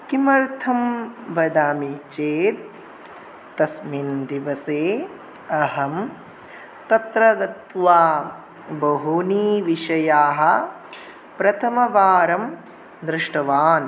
किमर्थं वदामि चेत् तस्मिन् दिवसे अहं तत्र गत्वा बहून् विषयान् प्रथमवारं दृष्टवान्